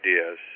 ideas